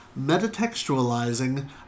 metatextualizing